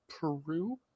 Peru